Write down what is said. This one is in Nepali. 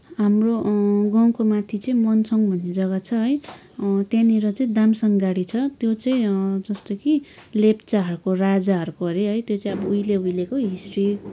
हाम्रो गाउँको माथि चाहिँ मनसङ भन्ने जग्गा छ है त्यहाँनिर चाहिँ दामसाङगढी छ त्यो चाहिँ जस्तो कि लेप्चाहरूको राजाहरूको अरे है त्यो चाहिँ अब उहिले उहिलेको हिस्ट्री